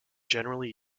generally